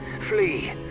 Flee